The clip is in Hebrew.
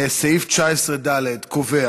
סעיף 19(ד) קובע